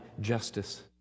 justice